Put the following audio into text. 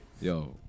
Yo